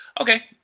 okay